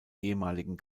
ehemaligen